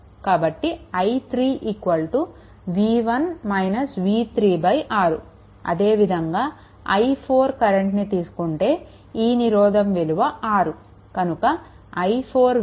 కాబట్టి i3 6 అదేవిధంగా i4 కరెంట్నీ తీసుకుంటే ఈ నిరోధంవిలువ 6 కనుక i4 విలువ 6